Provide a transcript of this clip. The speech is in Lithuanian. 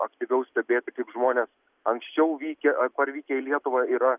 aktyviau stebėti kaip žmonės anksčiau vykę ar parvykę į lietuvą yra